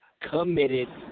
committed